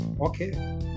Okay